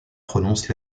prononce